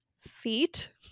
feet